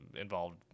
involved